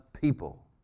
people